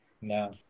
No